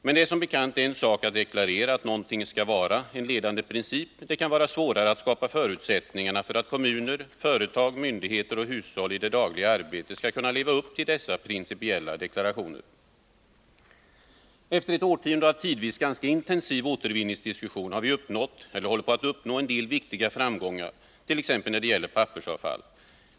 Men det är som bekant en sak att deklarera att någonting skall vara en ledande princip — det kan vara en annan sak att skapa förutsättningarna för att kommuner, företag, myndigheter och hushåll i det dagliga arbetet skall kunna leva upp till dessa principiella deklarationer. Efter ett årtionde av tidvis ganska intensiv återvinningsdiskussion har vi uppnått eller håller på att uppnå en del viktiga framgångar, t.ex. när det gäller pappersavfall.